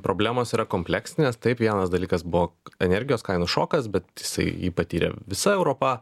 problemos yra kompleksinės taip vienas dalykas buvo energijos kainų šokas bet jisai jį patyrė visa europa